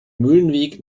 mühlenweg